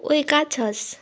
ओए कहाँ छस्